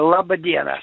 laba diena